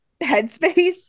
headspace